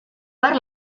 per